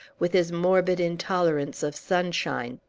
with his morbid intolerance of sunshine.